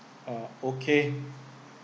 ah okay